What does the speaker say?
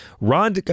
Ron